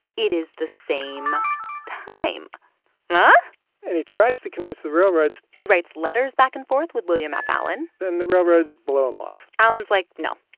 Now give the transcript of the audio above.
it is the same time and and he tries to convince the railroads he writes letters back-and-forth with william f. allen then the railroads blow him off allen's like, no,